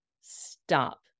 stop